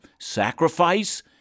sacrifice